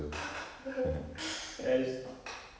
yes